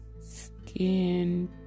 skin